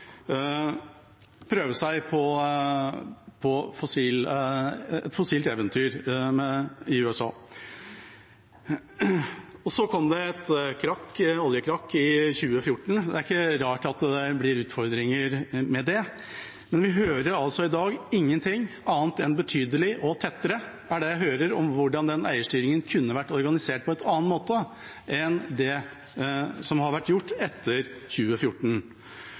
prøve seg på et fossilt eventyr i USA. Så kom det et oljekrakk i 2014. Det er ikke rart at det blir utfordringer med det. Men vi hører altså i dag ingenting annet enn «betydelig» og «tettere» – det er det jeg hører om hvordan eierstyringen kunne vært organisert på en annen måte enn det som har vært gjort etter 2014.